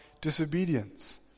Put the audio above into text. disobedience